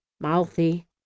mouthy